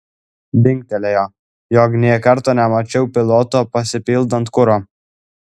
dingtelėjo jog nė karto nemačiau piloto pasipildant kuro